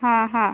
हा हा